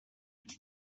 can